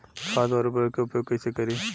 खाद व उर्वरक के उपयोग कईसे करी?